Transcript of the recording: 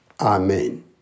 Amen